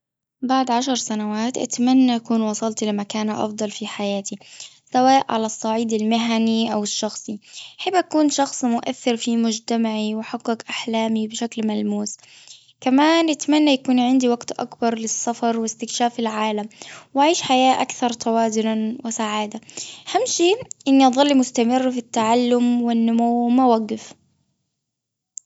بعد عشر سنوات أتمنى أكون وصلت لمكانة أفضل في حياتي. سواء على الصعيد المهني أو الشخصي. أحب أكون شخص مؤثر في مجتمعي محقق أحلامي بشكل ملموس. كمان أتمنى يكون عندي وقت أكبر للسفر وإستكشاف العالم. وعيش حياة أكثر توازنا وسعادة همشي إني أظل مستمرة في التعلم والنمو ما أوقف.